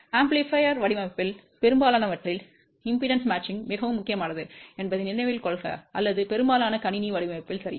பெருக்கி வடிவமைப்பில் பெரும்பாலானவற்றில் மின்மறுப்பு பொருத்தம் மிகவும் முக்கியமானது என்பதை நினைவில் கொள்க அல்லது பெரும்பாலான கணினி வடிவமைப்பில் சரி